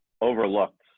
overlooked